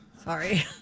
Sorry